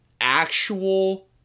actual